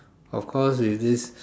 of course it is